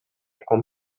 con